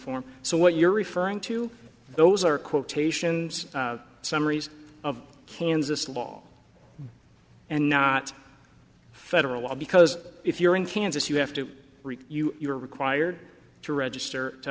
form so what you're referring to those are quotations summaries of kansas law and not federal law because if you're in kansas you have to read you are required to register